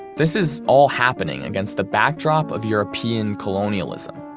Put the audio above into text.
this is all happening against the backdrop of european colonialism.